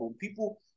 people